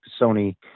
Sony